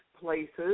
places